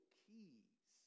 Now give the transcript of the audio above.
keys